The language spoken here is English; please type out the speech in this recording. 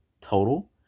total